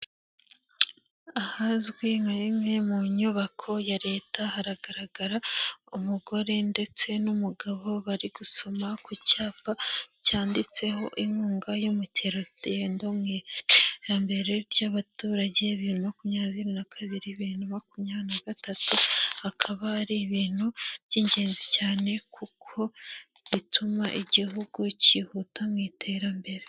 Ahazwi nka bimwe mu nyubako ya leta, haragaragara umugore ndetse n'umugabo bari gusoma ku cyapa cyanditseho inkunga y'umukerarugendo mu iterambere ry'abaturage bibiri na makumyabiri na kabiri - bibiri na makumyabiri na gatatu, akaba ari ibintu by'ingenzi cyane kuko bituma igihugu cyihuta mu iterambere.